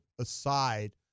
aside